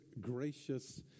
gracious